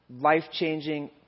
life-changing